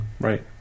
Right